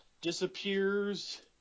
disappears